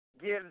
gives